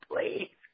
please